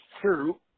true